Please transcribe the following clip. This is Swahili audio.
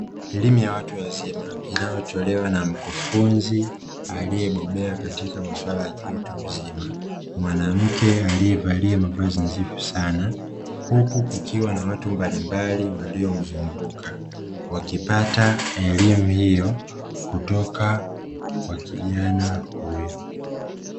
Elimu ya watu wazima inayotolewa na mkufunzi aliyebobea katika maswala ya kiutu uzima, mwanamke aliyevalia mavazi nadhifu sana huku kukiwa na watu mbalimbali waliomzunguka wakipata elimu hiyo kutoka kwa kijana huyo.